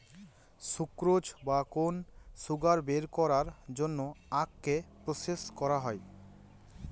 sucrose বা কেন sugar বের করার জন্য আখকে প্রসেস করা হয়